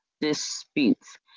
disputes